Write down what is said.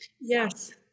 Yes